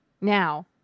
now